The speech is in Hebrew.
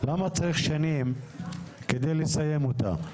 למה צריך שנים כדי לסיים אותה?